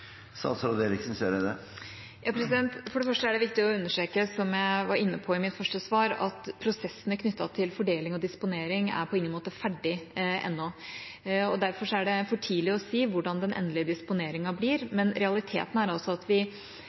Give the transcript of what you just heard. For det første er det viktig å understreke, som jeg var inne på i mitt første svar, at prosessene knyttet til fordeling og disponering på ingen måte er ferdige ennå. Derfor er det for tidlig å si hvordan den endelige disponeringen blir, men realiteten er at vi